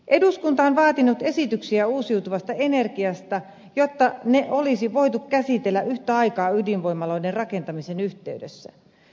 eduskunta on vaatinut esityksiä uusiutuvasta energiasta jotta ne olisi voitu käsitellä yhtä aikaa ydinvoimaloiden rakentamisen yhteydessä